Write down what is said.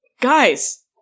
Guys